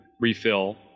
refill